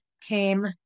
came